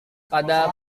pada